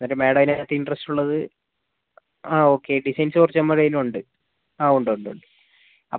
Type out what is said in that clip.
എന്നിട്ട് മാഡം അതിനകത്ത് ഇന്ററ്സ്റ്റ് ഉള്ളത് ആ ഓക്കെ ഡിസൈൻസ് കുറച്ച് നമ്മുടെ കയ്യിലുണ്ട് ആ ഉണ്ട് ഉണ്ട് ഉണ്ട് അപ്പം